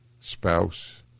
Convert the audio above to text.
spouse